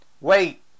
wait